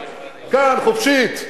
כאן, חופשית.